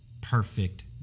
perfect